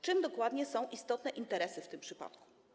Czym dokładnie są istotne interesy w tym przypadku?